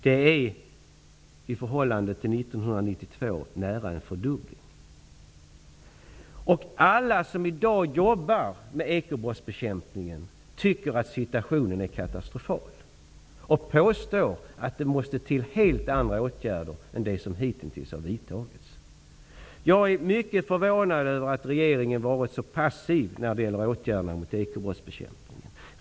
Det är nästan en fördubbling i förhållande till 1992. Alla som i dag jobbar med ekobrottsbekämpningen tycker att situationen är katastrofal. De påstår att det måste till helt andra åtgärder än de som hitintills har vidtagits. Jag är mycket förvånad över att regeringen har varit så passiv när det gäller åtgärder mot ekobrottsbekämpningen.